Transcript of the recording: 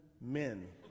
men